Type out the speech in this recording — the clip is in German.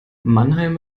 mannheim